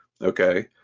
Okay